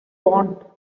want